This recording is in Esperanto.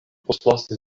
postlasis